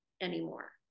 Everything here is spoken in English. anymore